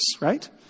right